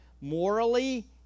morally